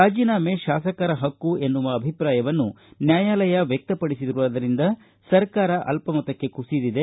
ರಾಜೀನಾಮೆ ಶಾಸಕರ ಹಕ್ಕು ಎನ್ನುವ ಅಭಿಪ್ರಾಯವನ್ನು ನ್ಯಾಯಾಲಯ ವ್ಯಕ್ತಪಡಿಸಿರುವುದರಿಂದ ಸರ್ಕಾರ ಅಲ್ಪಮತಕ್ಕೆ ಕುಸಿದಿದೆ